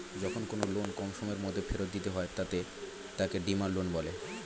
যখন কোনো লোন কম সময়ের মধ্যে ফেরত দিতে হয় তাকে ডিমান্ড লোন বলে